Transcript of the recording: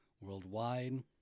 Worldwide